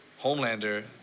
Homelander